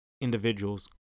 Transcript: individuals